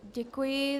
Děkuji.